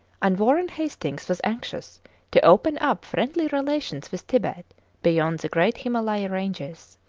and warren hastings was anxious to open up friendly relations with tibet beyond the great himalaya ranges.